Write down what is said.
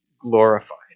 glorified